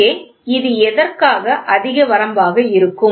இங்கே இது எதற்காக அதிக வரம்பாக இருக்கும்